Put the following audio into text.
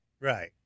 right